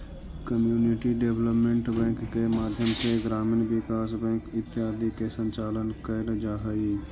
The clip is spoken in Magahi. कम्युनिटी डेवलपमेंट बैंक के माध्यम से ग्रामीण विकास बैंक इत्यादि के संचालन कैल जा हइ